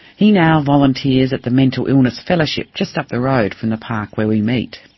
he now volunteers at the mental illness fellowship just up the road from the park where we meet.